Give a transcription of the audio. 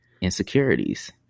insecurities